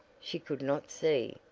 she could not see!